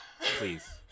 please